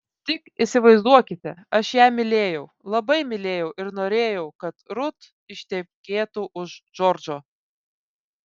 tik įsivaizduokite aš ją mylėjau labai mylėjau ir norėjau kad rut ištekėtų už džordžo